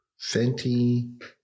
Fenty